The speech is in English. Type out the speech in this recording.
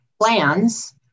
plans